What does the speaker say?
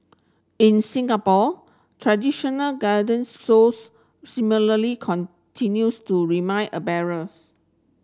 in Singapore traditional roles similarly continues to remain a barriers